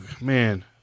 Man